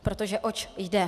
Protože oč jde?